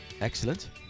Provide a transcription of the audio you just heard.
excellent